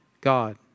God